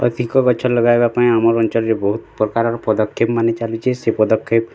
ଅଧିକ ଗଛ ଲଗେଇବା ପାଇଁ ଆମର ଅଞ୍ଚଳରେ ବହୁତ ପ୍ରକାରର ପଦକ୍ଷେପମାନ ଚାଲିଛି ସେ ପଦକ୍ଷେପ